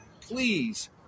please